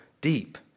deep